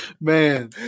Man